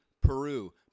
Peru